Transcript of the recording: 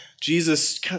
Jesus